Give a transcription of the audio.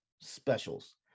specials